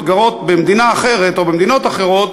יהודיות שגרות במדינה אחרת או במדינות אחרות